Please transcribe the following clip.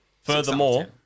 Furthermore